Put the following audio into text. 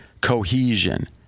cohesion